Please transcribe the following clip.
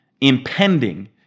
impending